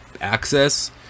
access